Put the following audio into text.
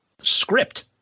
script